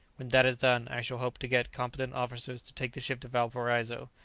when that is done, i shall hope to get competent officers to take the ship to valparaiso,